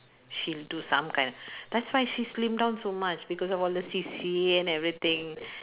she'll do some kind that's why she slim down so much because of all the C_C_A and everything